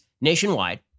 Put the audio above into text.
nationwide